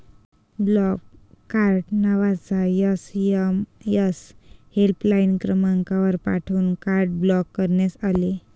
block card नावाचा SMS helpline क्रमांकावर पाठवून कार्ड ब्लॉक करण्यात आले